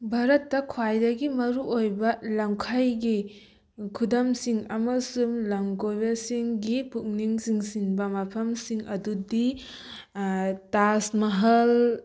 ꯚꯥꯔꯠꯇ ꯈ꯭ꯋꯥꯏꯗꯒꯤ ꯃꯔꯨ ꯑꯣꯏꯕ ꯂꯝꯈꯩꯒꯤ ꯈꯨꯗꯝꯁꯤꯡ ꯑꯃꯁꯨꯡ ꯂꯝ ꯀꯣꯏꯕꯁꯤꯡꯒꯤ ꯄꯨꯛꯅꯤꯡ ꯆꯤꯡꯁꯤꯟꯕ ꯃꯐꯝꯁꯤꯡ ꯑꯗꯨꯗꯤ ꯇꯥꯖ ꯃꯥꯍꯜ